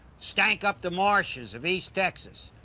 stank up the marshes of east texas.